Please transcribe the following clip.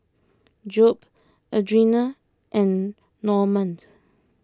Jobe Adriana and Normand